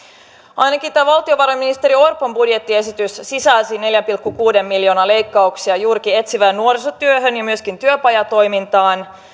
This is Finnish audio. ainakin tämä valtiovarainministeri orpon budjettiesitys sisälsi neljän pilkku kuuden miljoonan leikkauksia juurikin etsivään nuorisotyöhön ja myöskin työpajatoimintaan